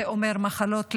זה אומר מחלות לב,